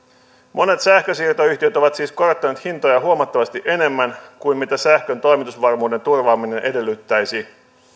monet sähkönsiirtoyhtiöt ovat siis korottaneet hintoja huomattavasti enemmän kuin mitä sähkön toimitusvarmuuden turvaaminen edellyttäisi